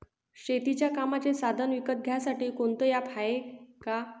शेतीच्या कामाचे साधनं विकत घ्यासाठी कोनतं ॲप हाये का?